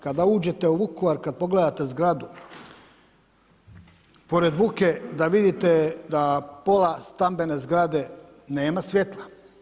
Kada uđete u Vukovar, kad pogledate zgradu, pored Vuke da vidite da pola stambene zgrade nema svjetla.